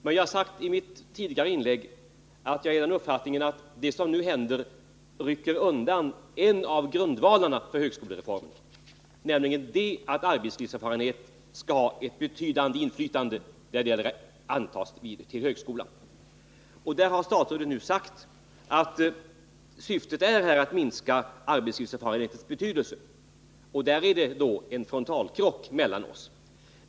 Men jag har sagt i mitt tidigare inlägg att det som nu händer rycker undan en av grundvalarna för högskolereformen, nämligen att arbetslivserfarenhet skall ha ett betydande inflytande på möjligheten att komma in i högskolan. Statsrådet har nu sagt att syftet är att minska arbetslivserfarenhetens betydelse. Där är det alltså en frontalkrock mellan oss.